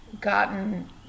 gotten